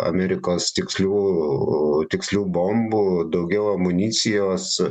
amerikos tikslių tikslių bombų daugiau amunicijos